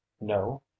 no